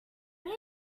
many